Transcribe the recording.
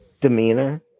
demeanor